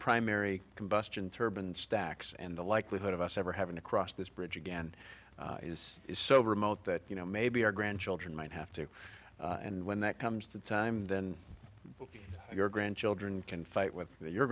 primary combustion turbaned stacks and the likelihood of us ever having to cross this bridge again is so remote that you know maybe our grandchildren might have to and when that comes to time then your grandchildren can fight with your